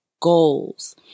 goals